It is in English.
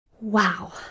Wow